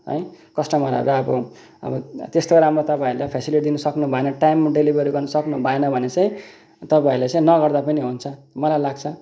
है कस्टमरहरू अब अब त्यस्तो राम्रो तपाईँहरूले फ्यासिलिटी दिनु सक्नुभएन टाइममा डेलिभरी गर्नु सक्नुभएन भने चाहिँ तपाईँहरूले चाहिँ नगर्दा पनि हुन्छ मलाई लाग्छ